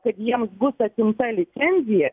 kad jiems bus atimta licencija